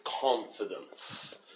confidence